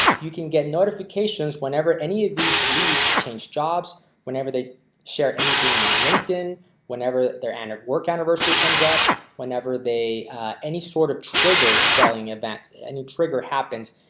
you can get notifications whenever any of these leads change jobs whenever they share anything on linkedin whenever they're an artwork anniversary comes up whenever they any sort of triggered selling event. and you trigger happens.